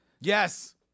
Yes